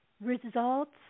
results